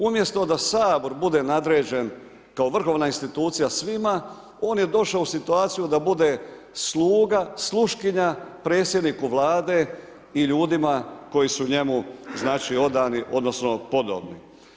Umjesto da Sabor bude nadređen kao vrhovna institucija svima, on je došao u situaciju da bude sluga, sluškinja predsjedniku Vlade i ljudima koji su njemu, znači, odani odnosno podobni.